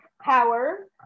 power